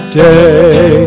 day